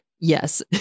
Yes